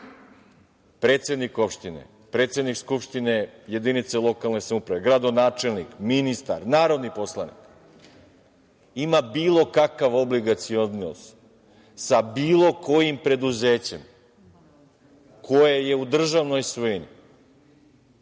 predsednik opštine, predsednik skupštine jedinice lokalne samouprave, gradonačelnik, ministar, narodni poslanik ima bilo kakav obligacioni odnos sa bilo kojim preduzećem koje je u državnoj svojini,